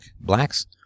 blacks